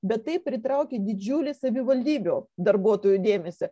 bet tai pritraukė didžiulį savivaldybių darbuotojų dėmesį